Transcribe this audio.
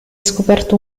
scoperto